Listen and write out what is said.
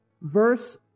verse